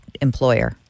employer